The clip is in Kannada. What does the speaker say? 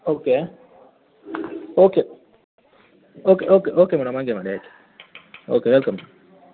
okay okay okay okay okay madam ಹಾಗೆ ಮಾಡಿ ಆಯಿತಾ ಓಕೆ ವೆಲ್ಕಮ್